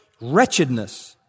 wretchedness